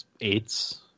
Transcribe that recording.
eights